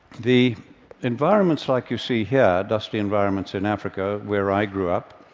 the environments like you see here, dusty environments in africa where i grew up,